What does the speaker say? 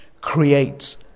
creates